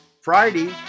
Friday